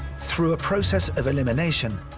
through a process of elimination,